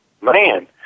man